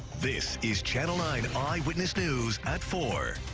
this is channel nine eyewitness news at four.